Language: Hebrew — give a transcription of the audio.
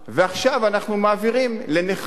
ועכשיו אנחנו מעבירים לנכים